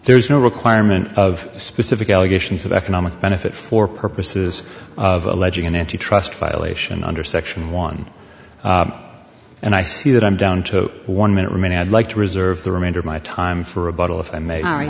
there is no requirement of a specific allegations of economic benefit for purposes of alleging an antitrust violation under section one and i see that i'm down to one minute remaining i'd like to reserve the remainder of my time for a bottle if i may